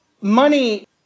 money